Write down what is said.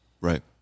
right